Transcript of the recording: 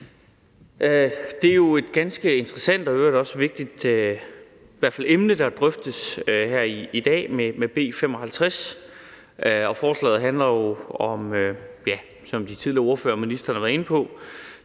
hvert fald et ganske interessant og i øvrigt også vigtigt emne, der drøftes her i dag med B 55. Forslaget handler jo, som de tidligere ordførere og ministeren har været inde på,